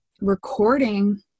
recording